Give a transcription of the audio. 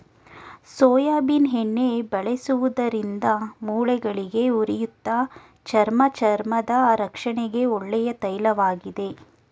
soybean ಎಣ್ಣೆ ಬಳಸುವುದರಿಂದ ಮೂಳೆಗಳಿಗೆ, ಉರಿಯೂತ, ಚರ್ಮ ಚರ್ಮದ ರಕ್ಷಣೆಗೆ ಒಳ್ಳೆಯ ತೈಲವಾಗಿದೆ